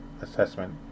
assessment